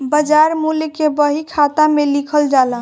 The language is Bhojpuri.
बाजार मूल्य के बही खाता में लिखल जाला